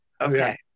okay